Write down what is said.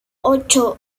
ocho